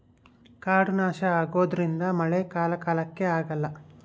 ಕಾಡು ನಾಶ ಆಗೋದ್ರಿಂದ ಮಳೆ ಕಾಲ ಕಾಲಕ್ಕೆ ಆಗಲ್ಲ